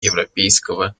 европейского